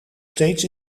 steeds